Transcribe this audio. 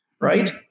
Right